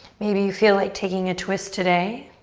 maybe you feel like taking a twist today.